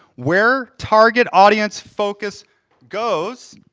where target audience focus goes,